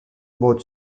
both